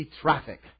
traffic